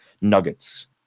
nuggets